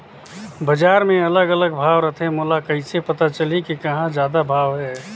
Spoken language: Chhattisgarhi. बजार मे अलग अलग भाव रथे, मोला कइसे पता चलही कि कहां जादा भाव हे?